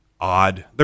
odd